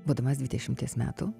būdamas dvidešimties metų